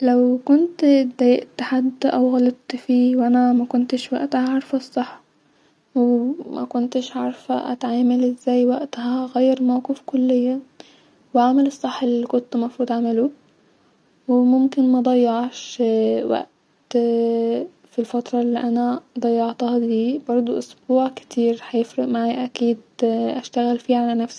لو كنت دايقت فى حد او غلطت فيه وانا مكنتش واقتها عارفه الصح-ومكنتش عارفه اتعامل ازاي واقتها هغير الموقف كليا-واعمل الصح الي كنت مفروض اعملو-وممكن مضيعش وقت فى الفتره الى انا ضيعتها دي بردو اسبوع كتير هيفرق معايا اكيد اشتغل فيها على نفسي